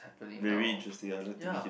very interesting I love to meet him